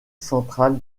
centrale